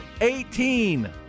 Eighteen